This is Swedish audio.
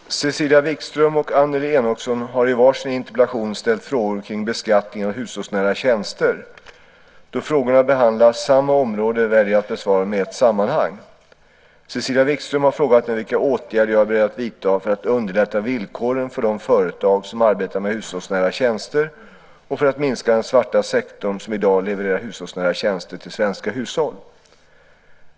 Herr talman! Cecilia Wikström och Annelie Enochson har i var sin interpellation ställt frågor kring beskattningen av hushållsnära tjänster. Då frågorna behandlar samma område väljer jag att besvara dem i ett sammanhang. Cecilia Wikström har frågat mig vilka åtgärder jag är beredd att vidta för att underlätta villkoren för de företag som arbetar med hushållsnära tjänster och för att minska den svarta sektorn som i dag levererar hushållsnära tjänster till svenska hushåll.